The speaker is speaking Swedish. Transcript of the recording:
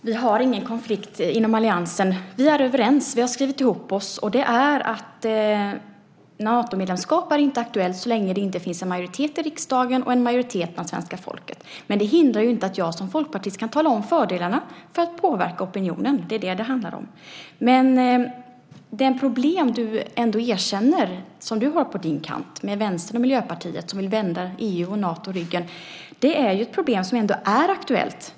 Fru talman! Vi har ingen konflikt inom alliansen. Vi är överens och har skrivit ihop oss om att Natomedlemskap inte är aktuellt så länge det inte finns en majoritet för det i riksdagen och bland svenska folket. Men det hindrar ju inte att jag som folkpartist kan tala om fördelarna för att påverka opinionen. Det är det som det handlar om. Det problem som du ändå erkänner att du har på din kant med Vänstern och Miljöpartiet, som vill vända EU och Nato ryggen, är ett problem som är aktuellt.